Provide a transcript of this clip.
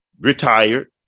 retired